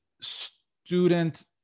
student